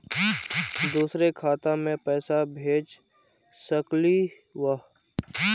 दुसरे खाता मैं पैसा भेज सकलीवह?